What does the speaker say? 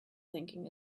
thinking